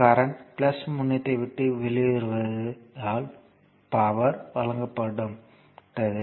current முனையத்தை விட்டு வெளியேறுவதால் பவர் வழங்கப்பட்டது